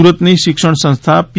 સુરતની શિક્ષણસંસ્થા પી